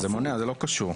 זה מונע, זה לא קשור.